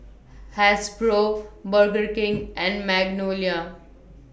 Hasbro Burger King and Magnolia